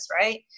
right